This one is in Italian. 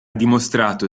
dimostrato